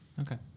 Okay